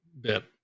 bit